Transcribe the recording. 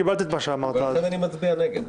ולכן אני מצביע נגד.